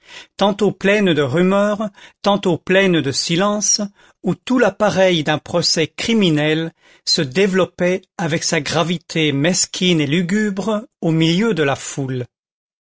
tantôt pleine de rumeur tantôt pleine de silence où tout l'appareil d'un procès criminel se développait avec sa gravité mesquine et lugubre au milieu de la foule